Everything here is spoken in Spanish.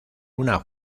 una